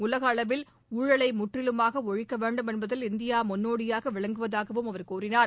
உலகளவில் ஊழலை முற்றிலுமாக ஒழிக்க வேண்டும் என்பதில் இந்தியா முன்னோடியாக விளங்குவதாகவும் அவர் கூறினார்